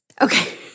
Okay